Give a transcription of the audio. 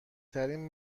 ترین